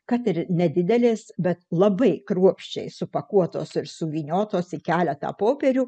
kad ir nedidelės bet labai kruopščiai supakuotos ir suvyniotos į keletą popierių